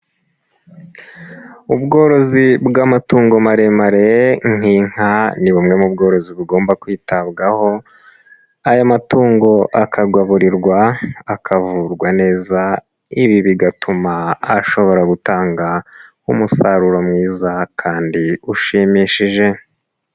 Ubworozi bw'amatungo maremare nk'inka ni bumwe mu bworozi bugomba kwitabwaho aya matungo akagaburirwa, akavurwa neza, ibi bigatuma ashobora gutanga umusaruro mwiza kandi ushimishije.